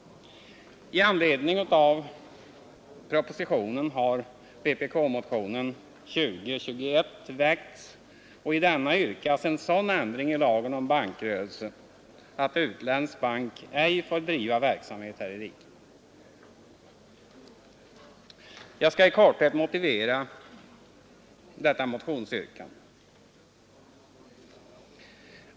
I anledning av propositionen har vpk-motionen 2021 väckts, och i denna yrkas en sådan ändring i lagen om bankrörelse att utländsk bank ej får bedriva verksamhet här i riket. Jag skall i korthet motivera detta motionsyrkande.